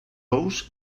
ous